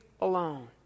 alone